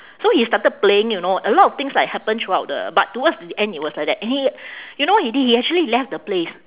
so he started playing you know a lot of things like happen throughout the but towards the end he was like that and he you know what he did he actually left the place